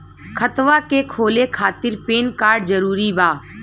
खतवा के खोले खातिर पेन कार्ड जरूरी बा?